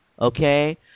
okay